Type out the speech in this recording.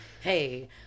Hey